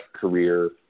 career